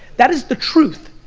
that is the truth.